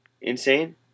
insane